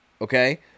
Okay